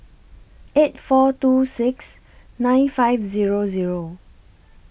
eight four two six nine five Zero Zero